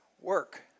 work